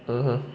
mmhmm